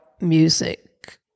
music